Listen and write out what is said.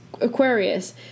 Aquarius